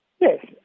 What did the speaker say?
Yes